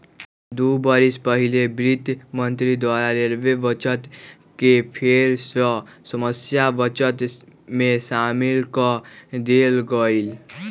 दू बरिस पहिले वित्त मंत्री द्वारा रेलवे बजट के फेर सँ सामान्य बजट में सामिल क लेल गेलइ